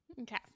Okay